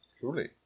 truly